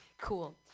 Cool